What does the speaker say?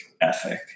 ethic